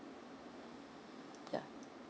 yeah